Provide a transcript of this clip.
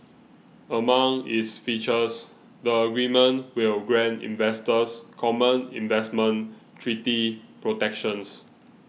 among its features the agreement will grant investors common investment treaty protections